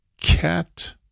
Cat